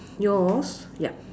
your's yup